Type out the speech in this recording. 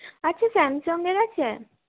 আচ্ছা স্যামসঙের আছে